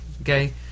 Okay